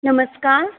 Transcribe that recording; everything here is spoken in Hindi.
नमस्कार